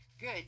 good